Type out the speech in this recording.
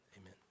Amen